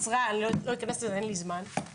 ואני לא אכנס לזה עכשיו כי אין לי זמן --- למה?